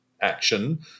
action